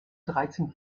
dreizehn